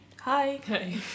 Hi